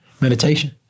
meditation